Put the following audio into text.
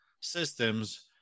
systems